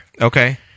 Okay